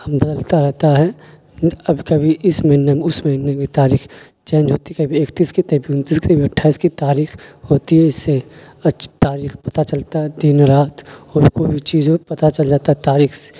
بدلتا رہتا ہے اب کبھی اس مہینے میں اس مہینے میں تاریخ چینج ہوتی ہے کبھی اکتیس کی کبھی انتیس کی کبھی اٹھائیس کی تاریخ ہوتی ہے اس سے تاریخ پتا چلتا ہے دن رات اور کوئی بھی چیز ہو پتا چل جاتا ہے تاریخ سے